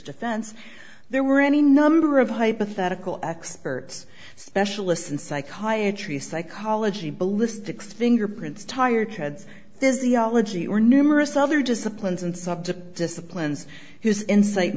defense there were any number of hypothetical experts specialists in psychiatry psychology ballistics fingerprints tire treads physiology or numerous other disciplines and subject disciplines his insight